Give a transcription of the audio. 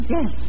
Yes